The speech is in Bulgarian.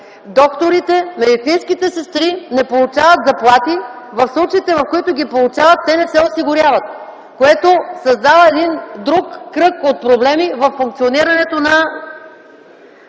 докторите, медицинските сестри не получават заплати, а в случаите, когато ги получават, те не се осигуряват, което създава друг кръг от проблеми във функционирането на